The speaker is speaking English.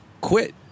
quit